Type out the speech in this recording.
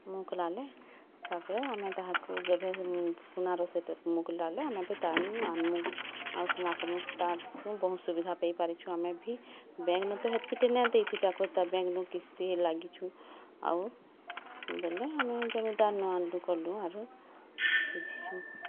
ମୁକ୍ଲାଲେ ତା' ପରେ ଆମେ ତାହାକୁ ଯେଭେ ସୁନାର ସେତେ ମୁକ୍ଲାଲେ ଆମେ ଫେର୍ ତାର୍ନୁ ଆନ୍ମୁଁ ଆଉ ସୁନା ତାର୍ନୁ ବହୁତ୍ଟେ ସୁବିଧା ପାଇପାରିଛୁଁ ଆମେ ଭି ବ୍ୟାଙ୍କ୍ନୁ ତ ହେତ୍କିଟା ନାଇଁ ଦେଇଥିତା କହେତା ବ୍ୟାଙ୍କ୍ନୁ କିସ୍ତି ଲାଗିଛୁଁ ଆଉ ବେଲେ ଆମେ ଜମିଦାର୍ନୁ ଆନ୍ଲୁଁ କଲୁଁ ଆରୁ ସୁଝିଛୁଁ